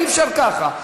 אי-אפשר ככה.